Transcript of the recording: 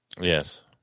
Yes